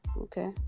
Okay